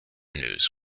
news